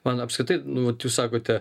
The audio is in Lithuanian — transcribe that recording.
man apskritai nu vat jūs sakote